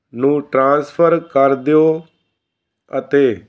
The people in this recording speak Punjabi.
ਨੂੰ ਟ੍ਰਾਂਸਫਰ ਕਰ ਦਿਓ ਅਤੇ